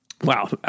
Wow